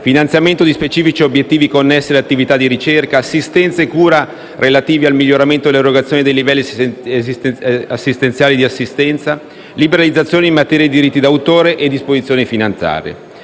finanziamento di specifici obiettivi connessi all'attività di ricerca, assistenza e cura relativi al miglioramento dell'erogazione dei livelli essenziali di assistenza; liberalizzazione in materia di *collecting* diritti d'autore; disposizioni finanziarie;